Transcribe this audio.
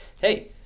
Hey